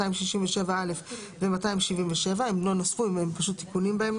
267(א) ו-277 שעכשיו נוספו לנו בהם תיקונים.